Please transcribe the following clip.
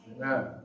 Amen